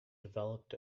developed